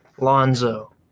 Lonzo